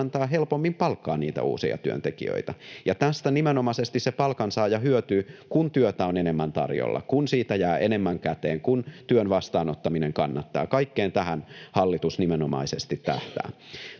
työnantaja helpommin palkkaa niitä uusia työntekijöitä. Tästä nimenomaisesti se palkansaaja hyötyy, kun työtä on enemmän tarjolla, kun siitä jää enemmän käteen ja kun työn vastaanottaminen kannattaa. Kaikkeen tähän hallitus nimenomaisesti tähtää.